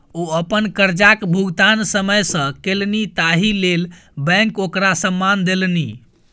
ओ अपन करजाक भुगतान समय सँ केलनि ताहि लेल बैंक ओकरा सम्मान देलनि